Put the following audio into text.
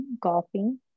golfing